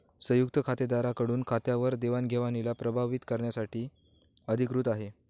संयुक्त खातेदारा कडून खात्यावर देवाणघेवणीला प्रभावीत करण्यासाठी अधिकृत आहे